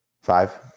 Five